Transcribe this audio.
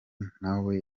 ntawe